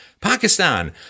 Pakistan